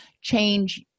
change